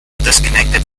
disconnected